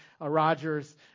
Rogers